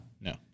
No